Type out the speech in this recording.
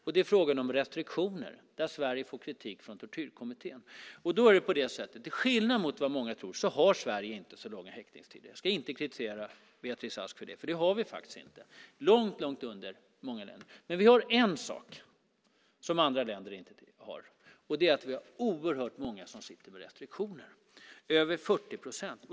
Det gäller frågan om restriktioner, där Sverige får kritik från Tortyrkommittén. Till skillnad mot vad många tror har inte Sverige så långa häktningstider. Jag ska inte kritisera Beatrice Ask för det, för det har vi faktiskt inte. De ligger långt, långt under dem i många andra länder. Men vi har en sak som andra länder inte har, nämligen oerhört många som sitter med restriktioner - över 40 procent.